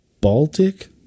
Baltic